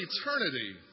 eternity